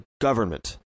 government